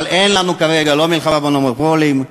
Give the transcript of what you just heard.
אבל אין לנו כרגע מלחמה במונופולים,